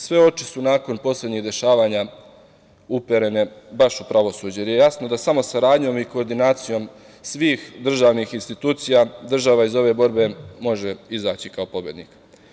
Sve oči su nakon poslednjih dešavanja uperene baš u pravosuđe, jer je jasno da samo saradnjom i koordinacijom svih državnih institucija država iz ove borbe može izaći kao pobednik.